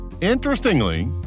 Interestingly